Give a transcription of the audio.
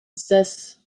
zes